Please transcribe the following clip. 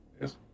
Yes